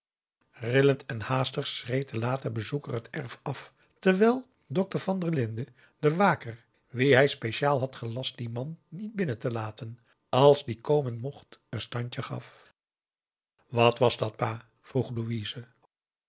rillend en haastig schreed de late bezoeker het erf af terwijl dokter van der linden den waker wien hij speciaal had gelast dien man niet binnen te laten als die komen mocht een standje gaf wat was dat pa vroeg